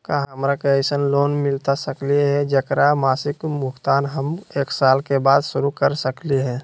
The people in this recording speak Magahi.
का हमरा के ऐसन लोन मिलता सकली है, जेकर मासिक भुगतान हम एक साल बाद शुरू कर सकली हई?